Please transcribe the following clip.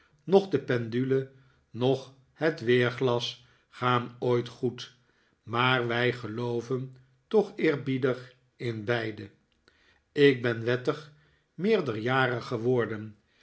noch de pendule noch het weerglas gaan ooit goed maar wij gelooven toch eerbiedig in beide ik ben wettig meerderjarig geworden